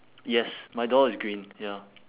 yes my door is green ya